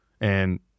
And-